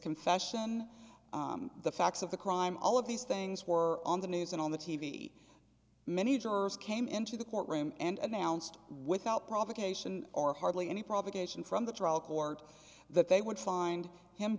confession the facts of the crime all of these things were on the news and on the t v many jurors came into the courtroom and announced without provocation or hardly any provocation from the trial court that they would find him